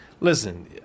listen—